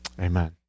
Amen